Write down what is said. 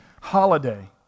holiday